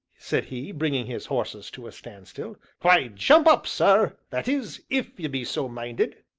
said he, bringing his horses to a standstill, why, jump up, sir that is, if you be so minded.